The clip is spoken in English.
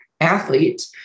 athlete